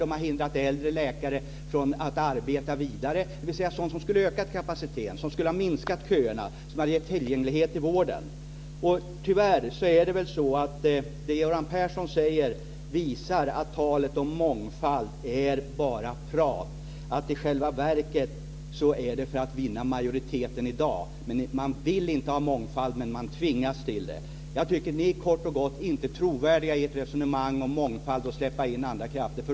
De har hindrat äldre läkare från att arbeta vidare. Det är sådant som skulle ha ökat kapaciteten, som skulle ha minskat köerna och som skulle ha givit tillgänglighet i vården. Tyvärr visar det Göran Persson säger att talet om mångfald bara är prat. I själva verket sker det för att vinna majoriteten i dag. Man vill inte ha mångfald, men man tvingas till det. Ni är kort och gott inte trovärdiga i ert resonemang om mångfald och om att släppa in andra krafter.